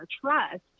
trust